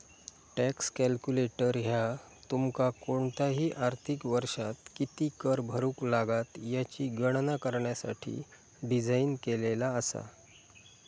tax calculator ह्या तुमका कोणताही आर्थिक वर्षात किती कर भरुक लागात याची गणना करण्यासाठी डिझाइन केलेला असा